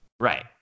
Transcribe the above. Right